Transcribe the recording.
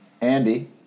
Andy